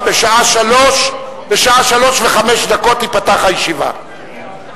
בשעה 15:05 תיפתח הישיבה.